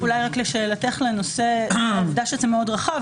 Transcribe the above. אולי רק לשאלתך לנושא העובדה שזה מאוד רחב,